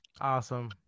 Awesome